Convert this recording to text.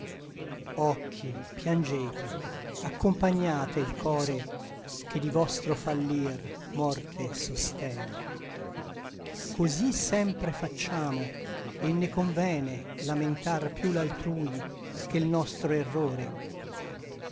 occhi piangete accompagnate il core che di vostro fallir morte sostene cosí sempre facciamo et ne convene lamentar piú l'altrui che l nostro errore